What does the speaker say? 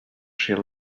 she